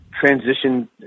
transition